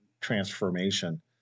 transformation